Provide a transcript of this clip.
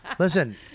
Listen